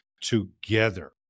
together